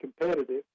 competitive